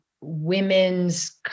women's